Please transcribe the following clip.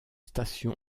stations